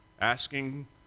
asking